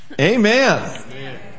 Amen